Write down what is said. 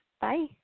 Bye